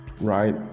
right